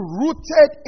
rooted